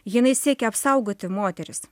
jinai siekia apsaugoti moteris